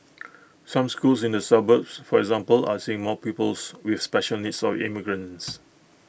some schools in the suburbs for example are seeing more pupils with special needs or immigrants